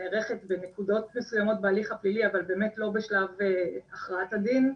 נערכת בנקודות מסוימות בהליך הפלילי אבל באמת לא בשלב הכרעת הדין,